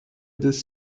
this